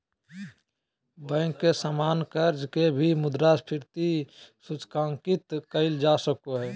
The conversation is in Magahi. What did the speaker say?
बैंक के सामान्य कर्ज के भी मुद्रास्फीति सूचकांकित कइल जा सको हइ